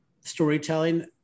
storytelling